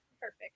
perfect